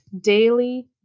daily